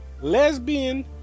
lesbian